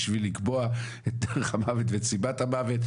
בשביל לקבוע את דרך המוות ואת סיבת המוות.